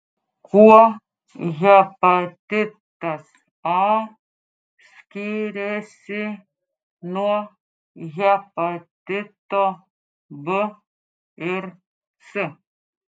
kuo hepatitas a skiriasi nuo hepatito b ir c